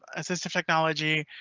assistive technology.